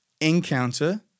encounter